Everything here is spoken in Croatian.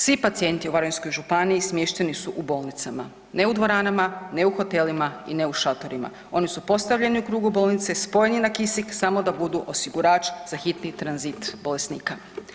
Svi pacijenti u Varaždinskoj županiji smješteni su u bolnicama, ne u dvoranama, ne u hotelima i ne u šatorima, oni su postavljeni u krugu bolnice, spojeni na kisik samo da budu osigurač za hitni tranzit bolesnika.